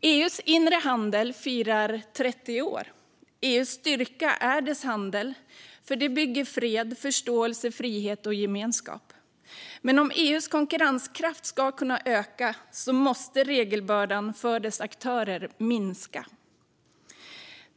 EU:s inre handel firar 30 år. EU:s styrka är dess handel, för den bygger fred, förståelse, frihet och gemenskap. Men om EU:s konkurrenskraft ska kunna öka måste regelbördan för dess aktörer minska.